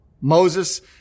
Moses